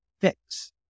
fix